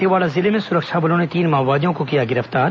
दंतेवाड़ा जिले में सुरक्षा बलों ने तीन माओवादियों को किया गिरफ्तार